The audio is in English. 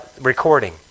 recording